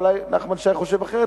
אולי נחמן שי חושב אחרת,